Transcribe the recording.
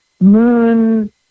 moon